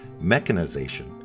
mechanization